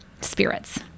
spirits